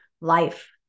life